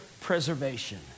preservation